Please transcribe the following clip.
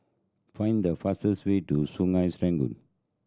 find the fastest way to Sungei Serangoon